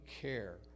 care